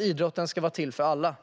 Idrotten ska vara till för alla.